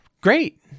great